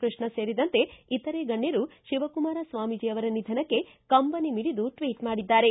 ಕೃಷ್ಣ ಸೇರಿದಂತೆ ಇತರೆ ಗಣ್ಯರು ಶಿವಕುಮಾರ ಸ್ವಾಮೀಜಿ ಅವರ ನಿಧನಕ್ಕೆ ಕಂಬನಿ ಮಿಡಿದು ಟ್ವಿಟ್ ಮಾಡಿದ್ದಾರೆ